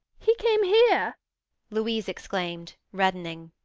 he came here louise exclaimed, reddening.